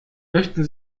möchten